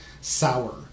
sour